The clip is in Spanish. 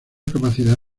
capacidad